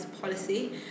policy